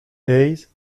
hayes